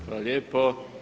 Hvala lijepo.